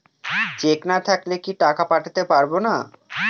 Check না থাকলে কি টাকা পাঠাতে পারবো না?